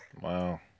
Wow